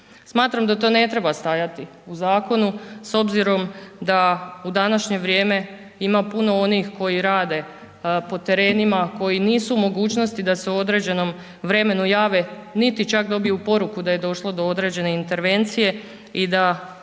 Smatram da to ne treba stajati u zakonu s obzirom da u današnje vrijeme ima puno onih koji rade po terenima, koji nisu u mogućnosti da se u određenom vremenu jave niti čak dobiju poruku da je došlo do određene intervencije i da